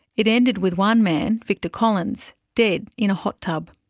it ended with one man, victor collins, dead in a hot tub.